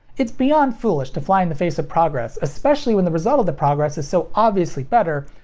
it's beyond foolish to fly in the face of progress, especially when the result of the progress is so obviously better,